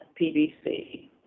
PVC